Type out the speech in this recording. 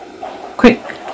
quick